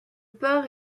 port